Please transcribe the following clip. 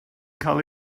cael